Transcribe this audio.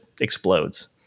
explodes